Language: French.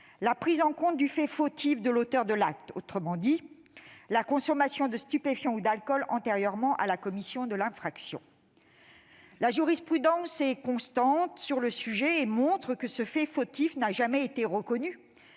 la prise en compte du fait fautif de l'auteur de l'acte, autrement dit la consommation de stupéfiants ou d'alcool antérieurement à la commission de l'infraction. En la matière, la jurisprudence est constante. Elle montre que ce fait fautif n'a jamais été reconnu,